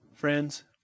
Friends